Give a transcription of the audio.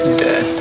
dead